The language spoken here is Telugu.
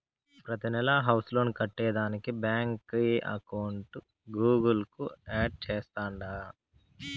ప్రతినెలా హౌస్ లోన్ కట్టేదానికి బాంకీ అకౌంట్ గూగుల్ కు యాడ్ చేస్తాండా